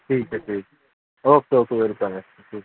ٹھیک ہے ٹھیک ہے اوکے اوکے ویلکم ہے ٹھیک